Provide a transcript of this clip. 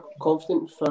confident